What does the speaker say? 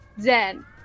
Zen